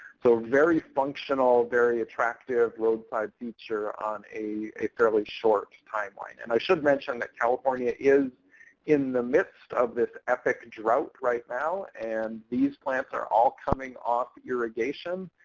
so very functional, very attractive roadside feature on a fairly short timeline. and i should mention that california is in the midst of this epic draught right now, and these plants are all coming off irrigation.